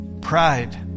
Pride